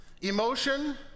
Emotion